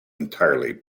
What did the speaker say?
entirely